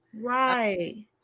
Right